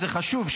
זה חשוב.